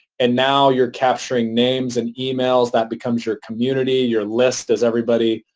and now you're capturing names and emails that becomes your community, your list as everybody,